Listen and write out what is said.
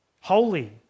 Holy